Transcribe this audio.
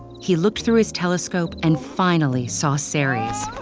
he looked through his telescope and finally saw ceres.